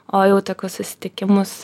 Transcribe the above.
o jau tokius susitikimus